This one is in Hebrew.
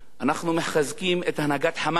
אנחנו מחזקים את הנהגת "חמאס".